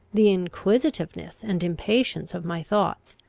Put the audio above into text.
the inquisitiveness and impatience of my thoughts,